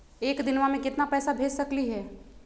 एक दिनवा मे केतना पैसवा भेज सकली हे?